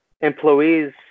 employees